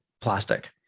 plastic